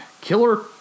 Killer